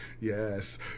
Yes